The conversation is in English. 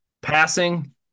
Passing